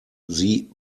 sie